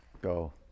Go